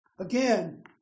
Again